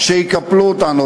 שיקפלו אותנו.